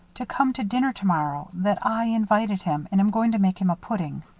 to come to dinner tomorrow that i invited him and am going to make him a pudding.